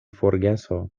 forgeso